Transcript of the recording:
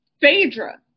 Phaedra